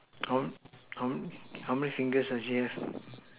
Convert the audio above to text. how how how many fingers does she have